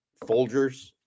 Folgers